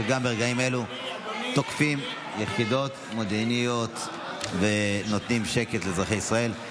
שגם ברגעים אלו תוקפים יחידות מודיעיניות ונותנים שקט לאזרחי ישראל.